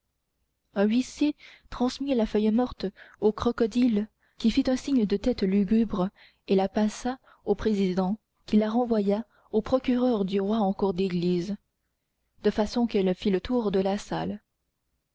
huissier transmit la feuille morte au crocodile qui fit un signe de tête lugubre et la passa au président qui la renvoya au procureur du roi en cour d'église de façon qu'elle fit le tour de la salle